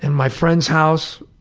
and my friend's house,